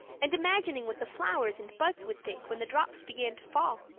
and imagining what the flowers and buds would think when the drops began to fall.